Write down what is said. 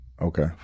okay